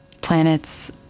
planets